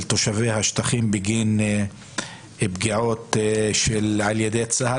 תושבי השטחים בגין פגיעות על ידי צה"ל,